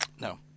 No